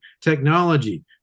technology